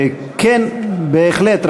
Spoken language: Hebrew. כן, בהחלט.